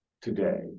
today